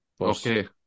okay